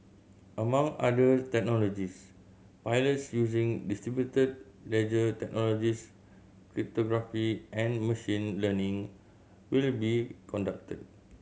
among other technologies pilots using distributed ledger technologies cryptography and machine learning will be conducted